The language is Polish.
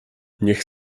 niech